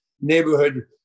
neighborhood